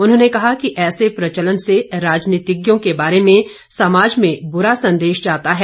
उन्होंने कहा कि ऐसे प्रचलन से राजनीतिज्ञों के बारे में समाज में बुरा संदेश जाता है